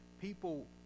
people